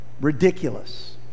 ridiculous